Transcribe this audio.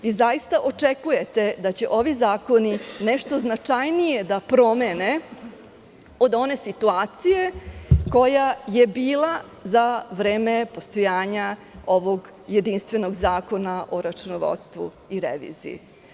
Vi zaista očekujete da će ovi zakoni nešto značajnije da promene od one situacije koja je bila za vreme postojanja ovog jedinstvenog zakona o računovodstvu i reviziji.